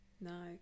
No